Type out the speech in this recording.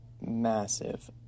massive